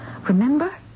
Remember